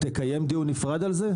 אתה תקיים דיון נפרד על זה?